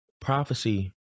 Prophecy